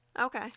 Okay